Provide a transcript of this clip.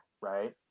Right